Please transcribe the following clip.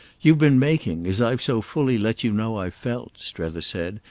you've been making, as i've so fully let you know i've felt, strether said,